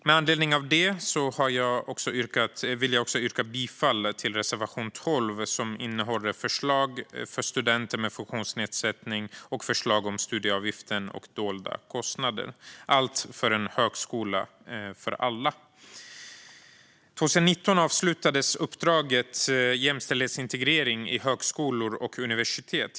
Med anledning av det vill jag yrka bifall till reservation 12, som innehåller förslag för studenter med funktionsnedsättning och förslag om studieavgiften och dolda kostnader - allt för en högskola för alla! År 2019 avslutades uppdraget Jämställdhetsintegrering i högskolor och universitet.